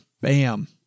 bam